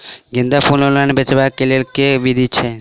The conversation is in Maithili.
गेंदा फूल ऑनलाइन बेचबाक केँ लेल केँ विधि छैय?